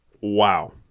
Wow